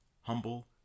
humble